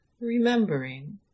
remembering